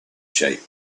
shape